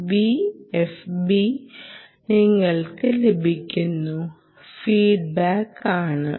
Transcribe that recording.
V FB നിങ്ങൾക്ക് ലഭിക്കുന്ന feedback ആണ്